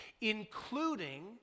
including